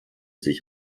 sich